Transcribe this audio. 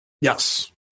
Yes